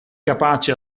capaci